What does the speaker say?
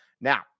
Now